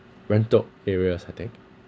rental areas I think